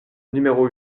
numéro